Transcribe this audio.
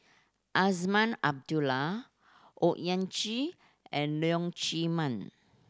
Azman Abdullah Owyang Chi and Leong Chee Mun